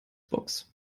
box